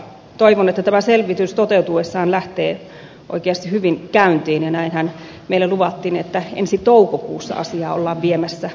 toivon että tämä selvitys toteutuessaan lähtee oikeasti hyvin käyntiin ja näinhän meille luvattiin että ensi toukokuussa asiaa ollaan viemässä eteenpäin